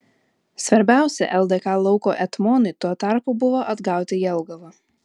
svarbiausia ldk lauko etmonui tuo tarpu buvo atgauti jelgavą